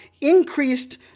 increased